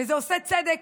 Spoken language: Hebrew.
וזה עושה צדק